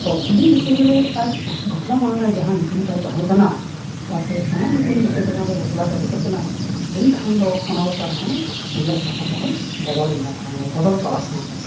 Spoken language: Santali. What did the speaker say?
ᱛᱚ ᱩᱱᱤ ᱡᱮᱛᱮ ᱵᱟᱲᱮ ᱟᱡ ᱵᱟᱯᱞᱟ ᱢᱟᱲᱟᱝ ᱨᱮ ᱡᱟᱦᱟᱸ ᱧᱩᱛᱩᱢ ᱛᱟᱭ ᱛᱟᱦᱮᱸᱠᱟᱱᱟ ᱛᱟᱨᱯᱚᱨᱮ ᱚᱱᱟ ᱧᱩᱛᱩᱢ ᱡᱮᱛᱮ ᱵᱟᱲᱮ ᱵᱟᱯᱞᱟ ᱠᱟᱛᱮᱫ ᱦᱮᱡ ᱮᱱᱟᱭ ᱮᱱᱠᱷᱟᱱ ᱫᱚ ᱚᱱᱟ ᱫᱚ ᱛᱟᱨᱢᱟᱱᱮ ᱩᱱᱤᱭᱟᱜ ᱦᱚᱸ ᱛᱟᱨᱢᱟᱱᱮ ᱵᱚᱫᱚᱞᱮᱱᱟ ᱵᱚᱫᱚᱞ ᱯᱟᱲᱟᱜ ᱠᱟᱱᱟ ᱛᱟᱦᱮᱸᱫ